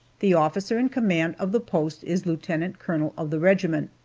the officer in command of the post is lieutenant colonel of the regiment,